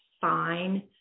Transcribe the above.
fine